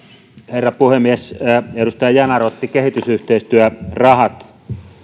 herra puhemies edustaja yanar otti kehitysyhteistyörahat